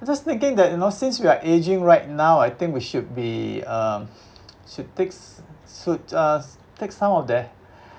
I'm just thinking that you know since we are ageing right now I think we should be um should fix should uh take some of the